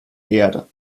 erde